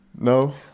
No